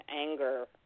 anger